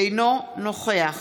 אינו נוכח